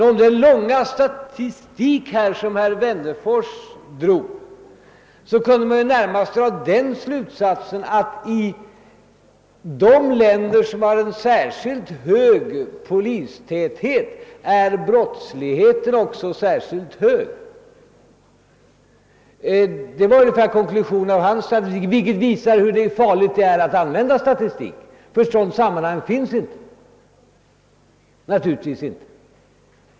Av den långa statistiska redogörelse som herr Wennerfors lämnade här kunde man närmast dra den slutsatsen, att i de länder som har en särskilt hög polistäthet är brottsligheten också särskilt hög. Det skulle vara ungefär konklusionen av hans statistik, vilket visar hur farligt det är att använda statistik — ett sådant samband finns naturligtvis inte.